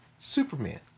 Superman